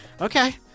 Okay